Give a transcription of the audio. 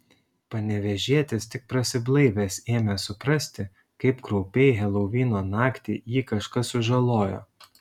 panevėžietis tik prasiblaivęs ėmė suprasti kaip kraupiai helovino naktį jį kažkas sužalojo